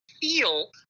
feel